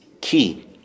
key